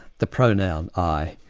the pronoun i,